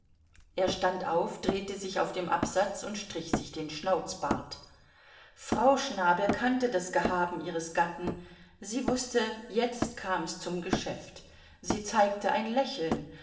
er stand auf drehte sich auf dem absatz und strich sich den schnauzbart frau schnabel kannte das gehaben ihres gatten sie wußte jetzt kam's zum geschäft sie zeigte ein lächeln